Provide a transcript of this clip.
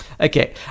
Okay